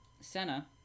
Senna